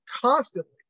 constantly